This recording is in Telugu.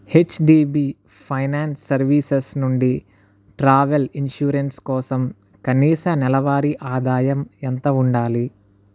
హెచ్డిబి ఫైనాన్స్ సర్వీసెస్ నుండి ట్రావెల్ ఇన్షూరెన్స్ కోసం కనీస నెలవారి ఆదాయం ఎంత ఉండాలి